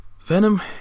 Venom